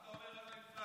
מה אתה אומר על האינפלציה?